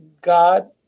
God